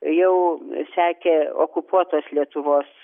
jau sekė okupuotos lietuvos